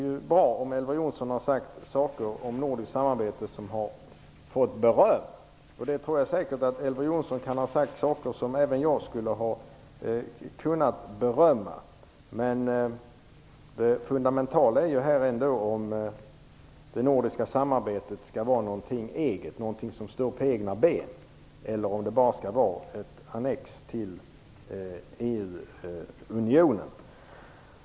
Det är bra om Elver Jonsson har sagt saker om nordiskt samarbete som har fått beröm. Jag tror säkert att Elver Jonsson kan ha sagt saker som även jag skulle kunna berömma. Det fundamentala är ändock om det nordiska samarbetet skall vara något eget, någonting som står på egna ben, eller om det bara skall vara ett annex till Europeiska unionen.